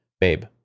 babe